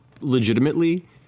legitimately